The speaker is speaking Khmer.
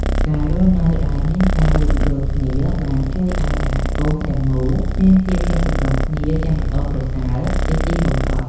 ការរស់នៅដោយមានការយោគយល់គ្នាបានជួយឱ្យសហគមន៍ទាំងមូលមានភាពចុះសម្រុងគ្នាយ៉ាងល្អប្រសើរជាទីបំផុត។